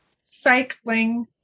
cycling